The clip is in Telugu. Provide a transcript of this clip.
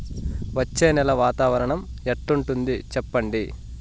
వచ్చే నెల వాతావరణం ఎట్లుంటుంది చెప్పండి?